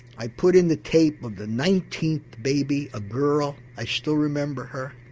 i put in the tape of the nineteenth baby, a girl, i still remember her,